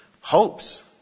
hopes